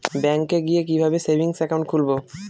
ব্যাঙ্কে গিয়ে কিভাবে সেভিংস একাউন্ট খুলব?